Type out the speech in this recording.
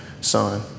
son